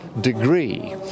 degree